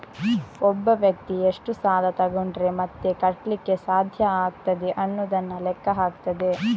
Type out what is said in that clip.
ಒಬ್ಬ ವ್ಯಕ್ತಿ ಎಷ್ಟು ಸಾಲ ತಗೊಂಡ್ರೆ ಮತ್ತೆ ಕಟ್ಲಿಕ್ಕೆ ಸಾಧ್ಯ ಆಗ್ತದೆ ಅನ್ನುದನ್ನ ಲೆಕ್ಕ ಹಾಕ್ತದೆ